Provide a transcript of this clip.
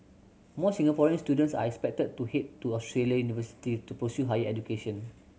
more Singaporean students are expected to head to Australian university to pursue higher education